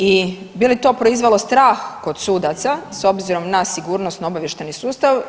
I bi li to proizvelo strah kod sudaca s obzirom na sigurnosno obavještajni sustav?